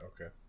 Okay